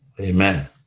Amen